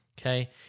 Okay